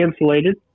insulated